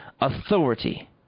authority